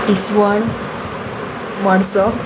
इस्वण मोडसो